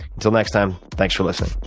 until next time, thanks for listening